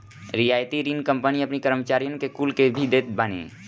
रियायती ऋण कंपनी अपनी कर्मचारीन कुल के भी देत बानी